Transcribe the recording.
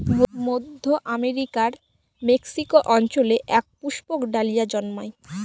মধ্য আমেরিকার মেক্সিকো অঞ্চলে এক পুষ্পক ডালিয়া জন্মায়